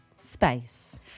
Space